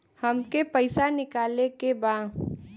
हमके पैसा निकाले के बा